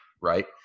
right